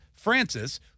Francis –